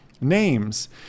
names